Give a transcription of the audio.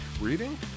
reading